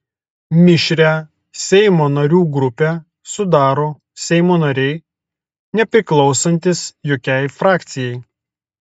mišrią seimo narių grupę sudaro seimo nariai nepriklausantys jokiai frakcijai